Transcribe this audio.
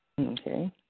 Okay